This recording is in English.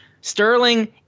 Sterling